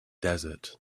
desert